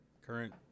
current